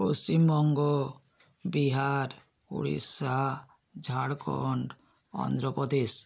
Paschimbanga Bihar Orissa Jharkhand Andhra Pradesh